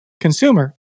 consumer